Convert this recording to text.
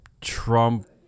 Trump